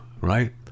right